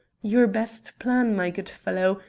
your best plan, my good fellow,